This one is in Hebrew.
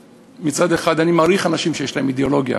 מצד אחד, אני מעריך אנשים שיש להם אידיאולוגיה,